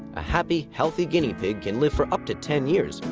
a happy, healthy guinea pig can live for up to ten years,